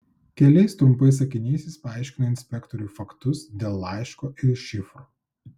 keliais trumpais sakiniais jis paaiškino inspektoriui faktus dėl laiško ir šifro